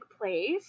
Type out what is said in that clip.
place